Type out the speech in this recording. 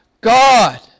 God